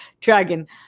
Dragon